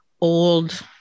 old